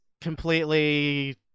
completely